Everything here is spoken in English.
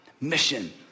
mission